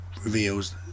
reveals